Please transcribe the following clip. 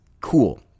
Cool